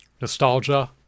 nostalgia